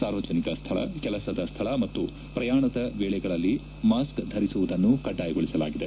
ಸಾರ್ವಜನಿಕ ಸ್ವಳ ಕೆಲಸದ ಸ್ಥಳ ಮತ್ತು ಪ್ರಯಾಣದ ವೇಳೆಗಳಲ್ಲಿ ಮಾಸ್ಕ್ ಧರಿಸುವುದನ್ನು ಕಡ್ಡಾಯಗೊಳಿಸಲಾಗಿದೆ